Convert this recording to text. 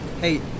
Hey